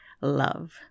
love